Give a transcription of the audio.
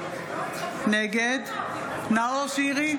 נגד נאור שירי,